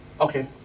Okay